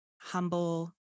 humble